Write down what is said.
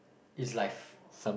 is live